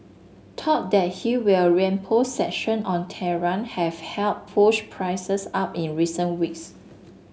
talk that he will reimpose sanction on Tehran have helped push prices up in recent weeks